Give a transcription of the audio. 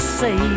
say